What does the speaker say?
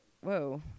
Whoa